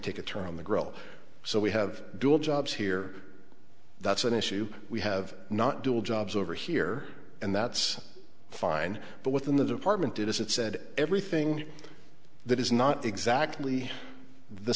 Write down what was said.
take a turn on the grill so we have dual jobs here that's an issue we have not dual jobs over here and that's fine but within the department it is it said everything that is not exactly the